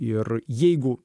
ir jeigu